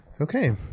Okay